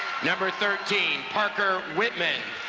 number thirteen, parker whitham. and